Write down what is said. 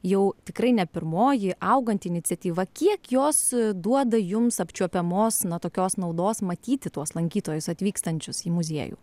jau tikrai ne pirmoji auganti iniciatyva kiek jos duoda jums apčiuopiamos na tokios naudos matyti tuos lankytojus atvykstančius į muziejų